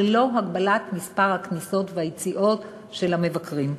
ללא הגבלת מספר הכניסות והיציאות של המבקרים.